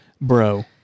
bro